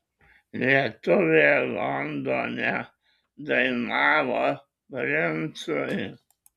lietuvė londone dainavo princui